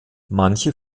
manche